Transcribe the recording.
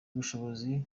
ubushobozi